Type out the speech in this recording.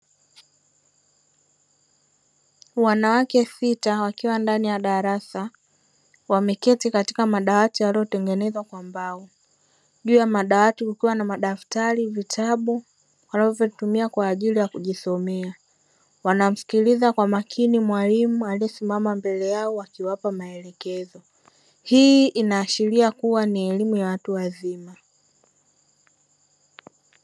Wanawake sita wakiwa ndani ya darasa wameketi katika madawati yaliyotengenezwa kwa mbao, juu ya madawati kukiwa na madaftari vitabu wanavyotumia kwa ajili ya kujisomea, wanamsikiliza kwa makini mwalimu aliyesimama mbele yao akiwapa maelekezo, hii inaashiria kuwa ni elimu ya watu wazima.